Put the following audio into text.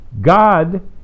God